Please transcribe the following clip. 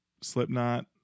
slipknot